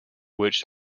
which